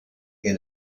que